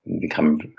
become